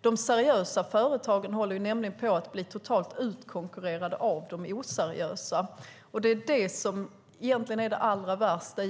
De seriösa företagen håller nämligen på att bli totalt utkonkurrerade av de oseriösa. Det är egentligen det allra värsta.